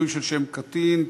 (שינוי שם של קטין),